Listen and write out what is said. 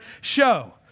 show